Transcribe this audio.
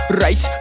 right